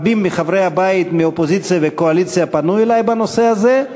רבים מחברי הבית מהאופוזיציה ומהקואליציה פנו אלי בנושא הזה,